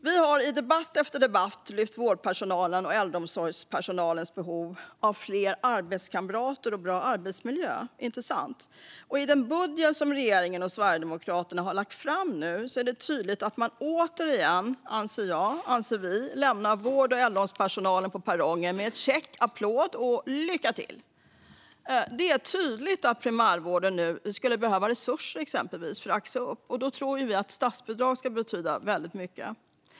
Vi har i debatt efter debatt lyft vårdpersonalens och äldreomsorgspersonalens behov av fler arbetskamrater och bra arbetsmiljö, inte sant? I den budget som regeringen och Sverigedemokraterna nu har lagt fram är det, anser vi, tydligt att man återigen lämnar vård och äldreomsorgspersonalen på perrongen med en käck applåd och ett lycka till. Det är tydligt att exempelvis primärvården nu skulle behöva resurser för att axa upp. Vi tror att statsbidrag skulle betyda väldigt mycket.